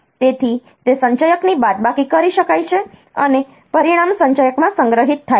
તેથી તે સંચયકની બાદબાકી કરી શકાય છે અને પરિણામ સંચયકમાં સંગ્રહિત થાય છે